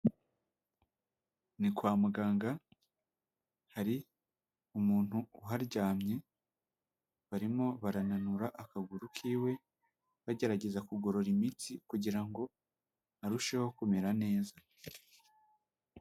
Ni kwa muganga hari umuntu uharyamye, barimo barananura akaguru k'iwe bagerageza kugorora imitsi kugira ngo arusheho kumera neza.